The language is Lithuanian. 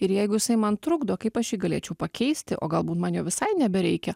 ir jeigu jisai man trukdo kaip aš jį galėčiau pakeisti o galbūt man jo visai nebereikia